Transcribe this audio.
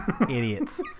Idiots